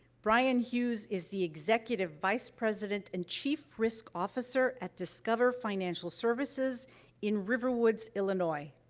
brian hughes is the executive vice president and chief risk officer at discover financial services in riverwoods, illinois.